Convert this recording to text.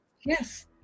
yes